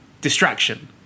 distraction